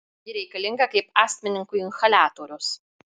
ji reikalinga kaip astmininkui inhaliatorius